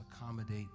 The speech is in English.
accommodate